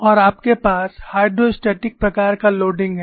और आपके पास हाइड्रोस्टैटिक प्रकार का भार है